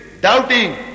doubting